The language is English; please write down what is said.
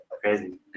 Crazy